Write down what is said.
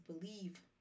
believe